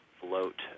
float